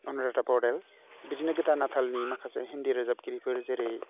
अनुराधा ब्रदेल बिदिनो गोदान आथालनि माखासे हिन्दी रोजाबगिरिफोर जेरै